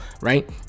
right